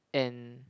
and